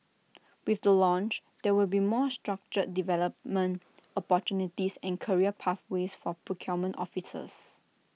with the launch there will be more structured development opportunities and career pathways for procurement officers